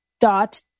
dot